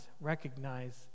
recognize